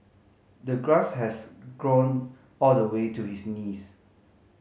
the grass has grown all the way to his knees